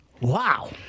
Wow